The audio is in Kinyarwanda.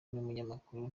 n’umunyamakuru